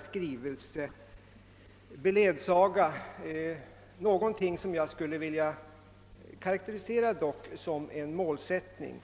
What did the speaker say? Skrivelsen beledsagas emellertid av någonting som jag skulle vilja karakterisera som en mycket anmärkningsvärd målsättning.